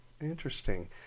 Interesting